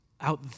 out